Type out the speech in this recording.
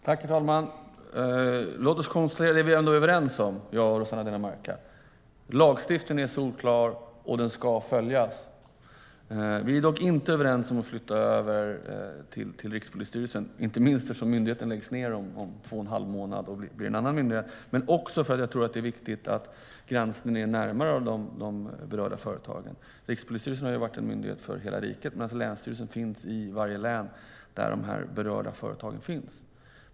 Herr talman! Låt mig konstatera det som Rossana Dinamarca och jag ändå är överens om, nämligen att lagstiftningen är solklar och att den ska följas. Vi är dock inte överens om att flytta över tillstånden för väktare till Rikspolisstyrelsen, inte minst därför att myndigheten läggs ned om två och en halv månad då det blir en annan myndighet. Men jag tror också att det är viktigt att granskningen ligger närmare de berörda företagen. Rikspolisstyrelsen har varit en myndighet för hela riket, medan länsstyrelsen finns i varje län där dessa berörda företag finns.